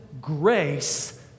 grace